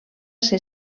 ser